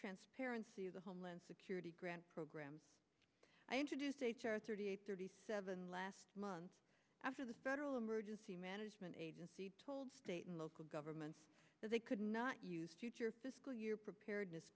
transparency of the homeland security grant program i introduced h r thirty eight thirty seven last month after the federal emergency management agency told state and local governments that they could not use fiscal year preparedness